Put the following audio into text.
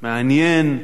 מעניין,